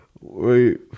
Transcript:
Wait